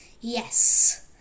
Yes